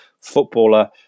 footballer